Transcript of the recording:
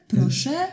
Proszę